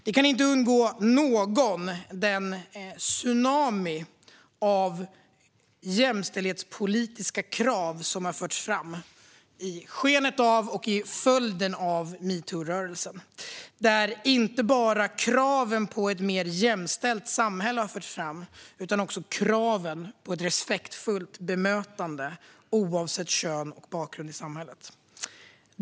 Det kan inte ha undgått någon vilken tsunami av jämställdhetspolitiska krav som har förts fram i skenet av och till följd av metoo-rörelsen. Det är inte bara krav på ett mer jämställt samhälle som har förts fram, utan också krav på ett respektfullt bemötande oavsett kön och bakgrund i samhället.